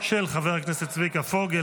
של חבר הכנסת צביקה פוגל,